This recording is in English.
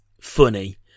funny